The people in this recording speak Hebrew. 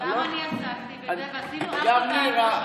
וגם אני עסקתי בזה, ואפילו, גם נירה.